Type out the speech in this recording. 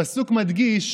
הפסוק מדגיש